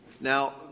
Now